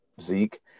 Zeke